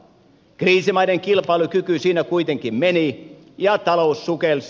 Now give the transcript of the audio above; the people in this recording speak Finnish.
kriisimaiden kilpailukyky siinä kuitenkin meni ja talous sukelsi